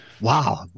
wow